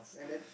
and then